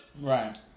Right